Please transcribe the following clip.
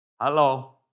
Hello